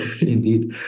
Indeed